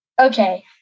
Okay